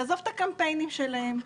לעזוב את הקמפיינים שלהם,